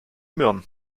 möhren